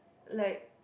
like